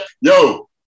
Yo